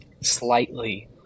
slightly